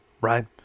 Right